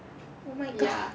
oh my god